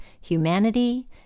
humanity